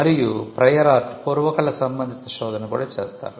మరియు prior art శోధన కూడా చేస్తారు